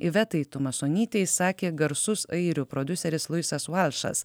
ivetai tumasonytei sakė garsus airių prodiuseris luisas valšas